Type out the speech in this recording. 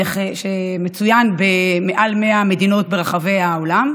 שמצוין במעל 100 מדינות ברחבי העולם.